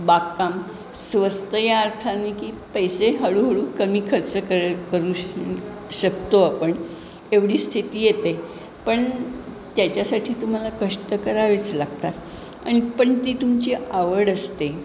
बागकाम स्वस्त या अर्थाने की पैसे हळूहळू कमी खर्च कर करू शकतो आपण एवढी स्थिती येते पण त्याच्यासाठी तुम्हाला कष्ट करावेच लागतात आणि पण ती तुमची आवड असते